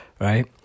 right